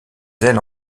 ailes